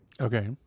Okay